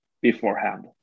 beforehand